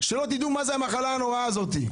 שלא תדעו מה זה המחלה הנוראה הזאת.